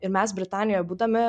ir mes britanijoje būdami